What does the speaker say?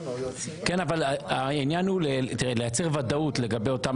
אבל העניין הוא לייצר ודאות לגבי אותם